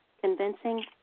convincing